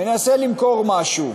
מנסה למכור משהו